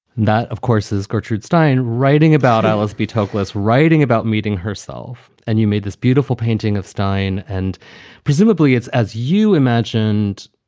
of course, as gertrude stein writing about alice b toklas writing about meeting herself, and you made this beautiful painting of stein, and presumably it's as you imagined,